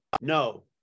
No